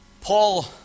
Paul